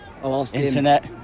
Internet